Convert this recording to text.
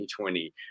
2020